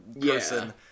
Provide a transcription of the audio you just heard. person